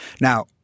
Now